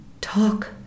talk